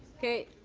okay.